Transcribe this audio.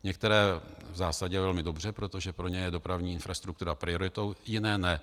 Některé v zásadě velmi dobře, protože pro ně je dopravní struktura prioritou, jiné ne.